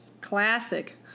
classic